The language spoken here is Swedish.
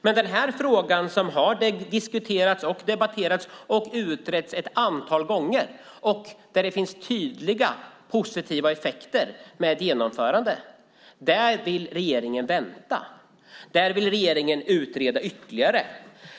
Men när det gäller den här frågan som har diskuterats och debatterats och utretts ett antal gånger och där det finns tydliga positiva effekter med ett genomförande vill regeringen vänta och utreda ytterligare.